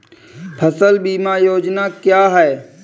फसल बीमा योजना क्या है?